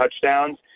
touchdowns